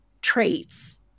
traits